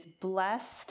blessed